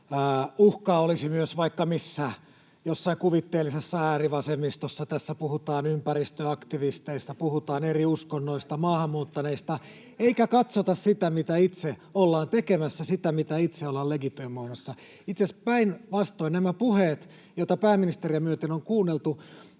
uhkaa olisi vaikka missä, jossain kuvitteellisessa äärivasemmistossa, tässä puhutaan ympäristöaktivisteista, puhutaan eri uskonnoista, maahanmuuttaneista, [Jenna Simulan välihuuto] eikä katsota sitä, mitä itse ollaan tekemässä, sitä, mitä itse ollaan legitimoimassa. Itse asiassa päinvastoin nämä puheet, joita pääministeriä myöten on kuunneltu,